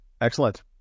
Excellent